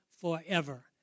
forever